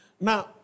Now